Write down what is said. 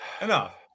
enough